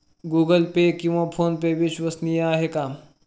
Google Pay किंवा PhonePe विश्वसनीय आहेत का?